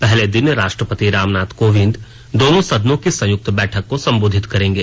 पहले दिन राष्ट्रपति रामनाथ कोविंद दोनो सदनों की संयुक्त बैठक को संबोधित करेंगे